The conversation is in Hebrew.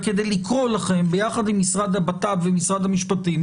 כדי לקרוא לכם ביחד עם משרד הבט"פ ומשרד המשפטים,